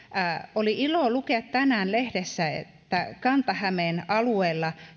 oli ilo lukea tänään lehdestä että kanta hämeen alueella